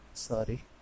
sorry